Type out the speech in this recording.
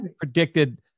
predicted